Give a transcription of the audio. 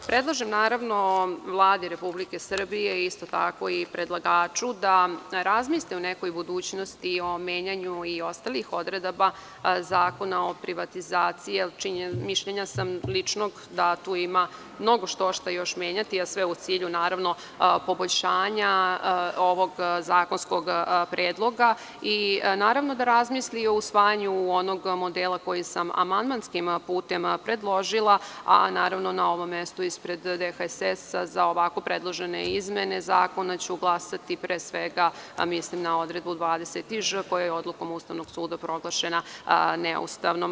Predlažem Vladi Republike Srbije, isto tako i predlagaču, da razmisle u nekoj budućnosti o menjanju i ostalih odredaba Zakona o privatizaciji, jer mišljenja sam ličnog da tu ima mnogo štošta menjati, a sve u cilju poboljšanja ovog zakonskog predloga i da razmisli o usvajanju onog modela koji sam amandmanskim putem predložila, a na ovom mestu ispred DHSS za ovako predložene izmene zakona ću glasati, pre svega mislim na odredbu 20iž, koja je odlukom Ustavnog suda proglašena neustavnom.